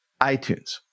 iTunes